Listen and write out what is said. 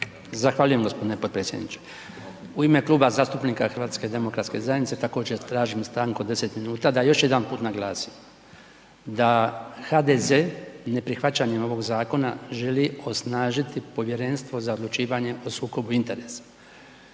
Zahvaljujem gospodine potpredsjedniče. U ime Kluba zastupnika HDZ također tražim stanku od 10 minuta da još jedanput naglasim da HDZ neprihvaćanjem ovog zakona želi osnažiti Povjerenstvo za odlučivanje o sukobu interesa.